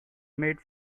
made